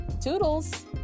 Toodles